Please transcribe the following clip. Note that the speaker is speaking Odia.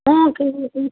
ହଁ ଠିକ୍ ଅଛି